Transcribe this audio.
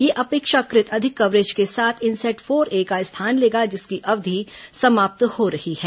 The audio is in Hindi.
यह अपेक्षाकृत अधिक कवरेज के साथ इनसैट फोर ए का स्थान लेगा जिसकी अवधि समाप्त हो रही है